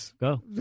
go